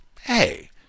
Hey